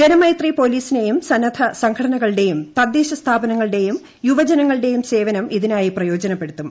ജനമൈത്രി പോലീസിനെയും സന്നദ്ധ്യസ്ർഘടനകളുടെയും തദ്ദേശ സ്ഥാപനങ്ങളുടെയും യുവജനുങ്ങളുടെയും സേവനം ഇതിനായി പ്രയോജനപ്പെടുത്തും